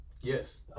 Yes